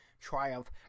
triumph